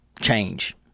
change